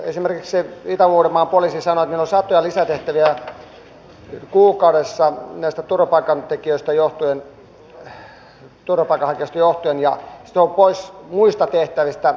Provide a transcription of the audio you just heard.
esimerkiksi itä uudenmaan poliisi sanoo että meillä on satoja lisätehtäviä kuukaudessa näistä turvapaikanhakijoista johtuen ja se on pois muista tehtävistä